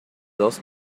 dos